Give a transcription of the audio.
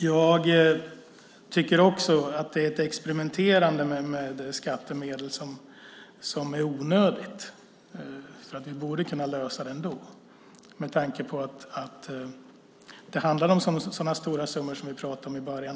Jag tycker också att det är ett experimenterande med skattemedel som är onödigt. Vi borde kunna lösa det här ändå, med tanke på att det handlar om sådana stora summor som vi pratade om i början.